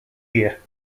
year